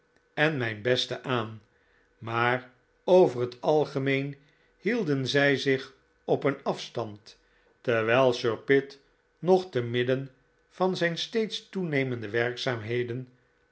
en mijn beste aan maar over het algemeen hielden zij zich op een afstand terwijl sir pitt nog te midden van zijn steeds toenemende werkzaamheden